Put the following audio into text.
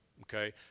Okay